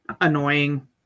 annoying